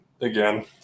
again